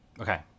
okay